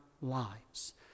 lives